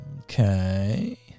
Okay